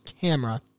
camera